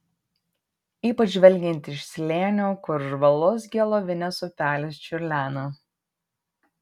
ypač žvelgiant iš slėnio kur žvalus gelovinės upelis čiurlena